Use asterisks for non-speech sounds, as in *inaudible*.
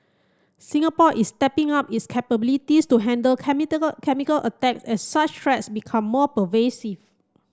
Singapore is stepping up its capabilities to handle *unintelligible* chemical attack as such threats become more pervasive